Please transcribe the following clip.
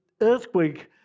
earthquake